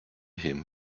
him